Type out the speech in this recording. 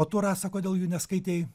o tu rasa kodėl jų neskaitei